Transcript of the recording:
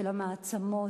של המעצמות,